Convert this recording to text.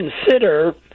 consider